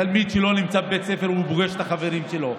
תלמיד שלא נמצא בבית הספר פוגש את החברים שלו,